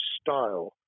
style